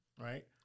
right